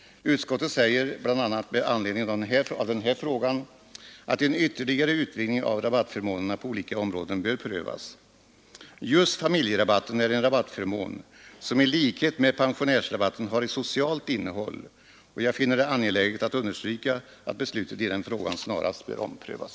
Utskottet säger bl.a. med anledning av den här frågan, att en ytterligare utvidgning av rabattförmånerna på olika områden bör prövas. Just familjerabatten är en rabattförmån som i likhet med pensionärsrabatten har ett socialt innehåll, och jag finner det angeläget att understryka att beslutet i den frågan snarast bör omprövas.